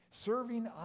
serving